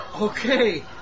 Okay